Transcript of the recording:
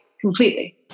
Completely